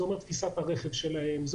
תפיסת הרכב שלהם,